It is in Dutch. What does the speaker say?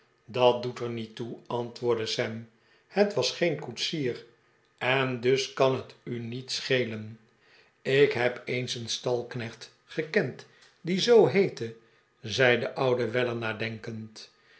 dat doet er niet toe antwoordde sam het was geen koetsier en dus kan het u niet schelen ik heb eens een stalknecht gekend die zoo heette zei de oude weller nadenkend